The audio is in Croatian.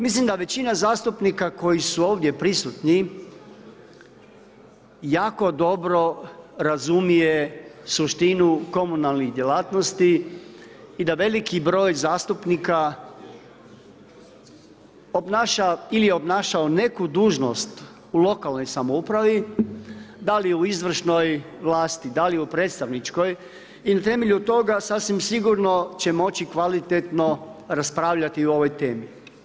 Mislim da većina zastupnika koji su ovdje prisutni jako dobro razumije suštinu komunalnih djelatnosti i da veliki broj zastupnika obnaša ili je obnašao neku dužnost u lokalnoj samoupravi, dal u izvršnoj vlasti, dal u predstavničkoj i na temelju toga sasvim sigurno će moći kvalitetno raspravljati o ovoj temi.